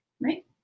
right